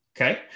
okay